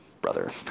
brother